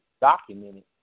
documented